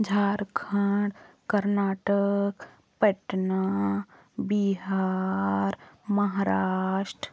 Jharkhand Karnataka Patna Bihar Maharashtra